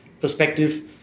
perspective